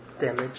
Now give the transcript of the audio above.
damage